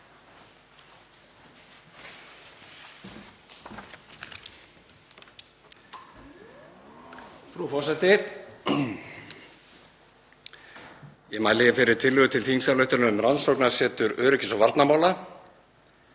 Ég mæli fyrir tillögu til þingsályktunar um rannsóknasetur öryggis- og varnarmála.